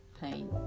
pain